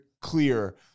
clear